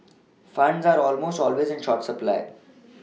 funds are almost always in short supply